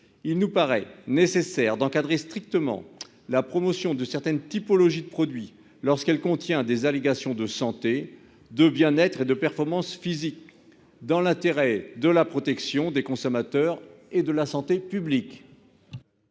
il nous paraît nécessaire d'encadrer strictement la promotion de certaines typologies de produits lorsqu'elle contient des allégations de santé de bien-être et de performances physiques. Dans l'intérêt de la protection des consommateurs et de la santé publique.